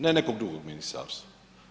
Ne nekog drugog ministarstva.